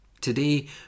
Today